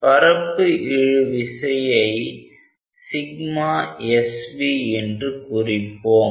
பரப்பு இழு விசையை svஎன்று குறிப்போம்